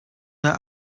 der